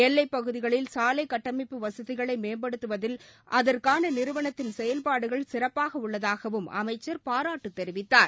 எல்லைப்பகுதிகளில் சாலை கட்டமைப்பு வசதிகளை மேம்படுத்துவதில் அதற்கான நிறுவனத்தின் செயல்பாடுகள் சிறப்பாக உள்ளதாகவும் அமைச்சர் பாராட்டு தெரிவித்தார்